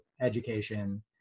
education